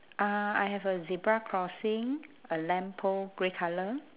uh I have a zebra crossing a lamppost grey colour